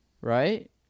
right